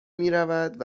میرود